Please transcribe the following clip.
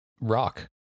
rock